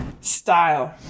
style